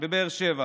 --- בבאר שבע".